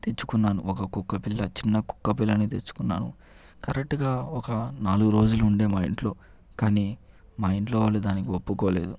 తెచ్చుకున్నాను ఒక కుక్క పిల్ల చిన్న కుక్క పిల్లని తెచ్చుకున్నాను కరెక్ట్గా ఒక నాలుగు రోజులు ఉండే మా ఇంట్లో కానీ మా ఇంట్లో వాళ్ళు దానికి ఒప్పుకోలేదు